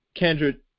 Kendra